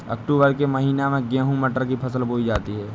अक्टूबर के महीना में गेहूँ मटर की फसल बोई जाती है